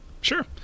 Sure